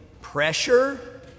pressure